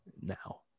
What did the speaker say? now